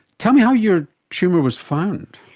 tell me how your tumour was found.